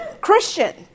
Christian